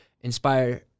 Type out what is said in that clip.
inspire